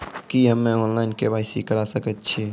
की हम्मे online, KYC करा सकैत छी?